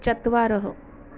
चत्वारः